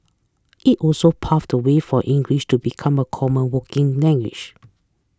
it also paved the way for English to become a common working language